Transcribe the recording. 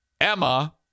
Emma